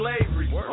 slavery